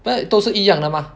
right 都是一样的吗